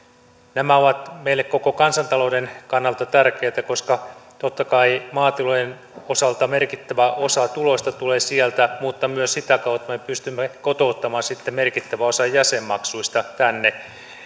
nämä ovat meille koko kansantalouden kannalta tärkeitä koska totta kai maatilojen osalta merkittävä osa tuloista tulee sieltä mutta myös sitä kautta että me pystymme kotouttamaan sitten merkittävän osan jäsenmaksuista tänne